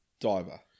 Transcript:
diver